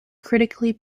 critically